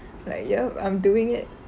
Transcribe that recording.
like yup I'm doing it